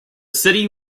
city